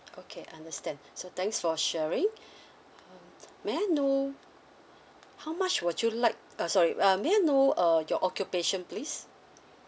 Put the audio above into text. okay understand so thanks for sharing um may I know how much would you like uh sorry uh may I know uh your occupation please